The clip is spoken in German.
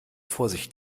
vorsicht